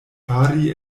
fari